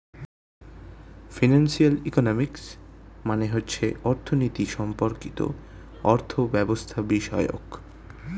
financial economics মানে হচ্ছে অর্থনীতি সম্পর্কিত অর্থব্যবস্থাবিষয়ক